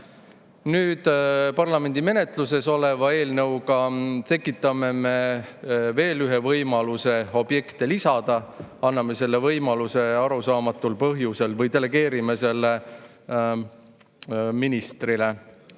Nüüd parlamendi menetluses oleva eelnõuga tekitame me veel ühe võimaluse objekte lisada: delegeerime selle võimaluse arusaamatul põhjusel ministrile.